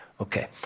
Okay